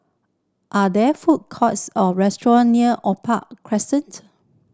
are there food courts or restaurant near Opal Crescent